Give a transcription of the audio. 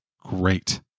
great